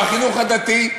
בחינוך הדתי,